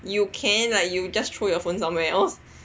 you can ah like you just throw your phone somewhere else